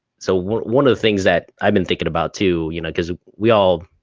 so one of the things that i've been thinking about, too, you know cause we all,